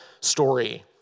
story